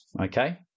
okay